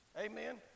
Amen